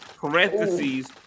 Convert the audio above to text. parentheses